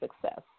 success